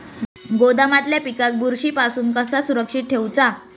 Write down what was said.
गोदामातल्या पिकाक बुरशी पासून कसा सुरक्षित ठेऊचा?